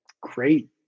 great